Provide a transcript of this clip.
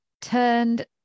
turned